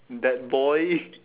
that boy